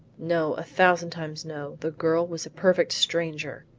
no, a thousand times no the girl was a perfect stranger.